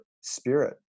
spirit